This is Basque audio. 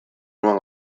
nuen